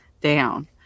down